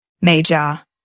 major